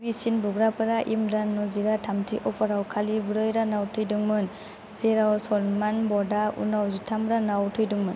गिबिसिन बुग्राफोर इमरान नजीरा थामथि अभाराव खालि ब्रै रानाव थैदोंमोन जेराव सलमान बटआ उनाव जिथाम रानाव थैदोंमोन